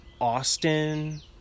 Austin